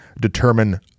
determine